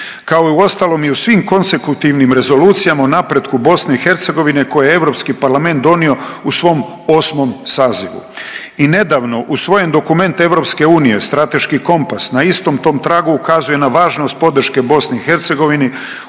Kao i u ostalom u svim konsekutivnim rezolucijama o napretku Bosne i Hercegovine koje je Europski parlament donio u svom 8. sazivu. I nedavno u svojem dokumentu Europske unije Strateški kompas na istom tom tragu ukazuje na važnost podrške Bosni i Hercegovini